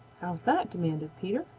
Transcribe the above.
bow's that? demanded peter.